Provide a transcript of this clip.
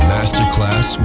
Masterclass